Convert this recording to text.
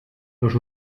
los